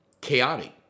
chaotic